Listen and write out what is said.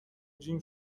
جیم